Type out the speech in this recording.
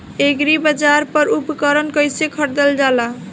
एग्रीबाजार पर उपकरण कइसे खरीदल जाला?